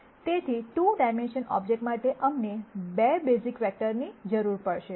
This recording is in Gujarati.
તેથી 2 ડાયમેન્શન ઓબ્જેક્ટ માટે અમને 2 બેઝિક વેક્ટરની જરૂર પડશે